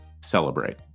celebrate